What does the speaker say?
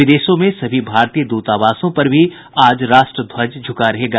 विदेशों में सभी भारतीय द्रतावासों पर भी आज राष्ट्र ध्वज झुका रहेगा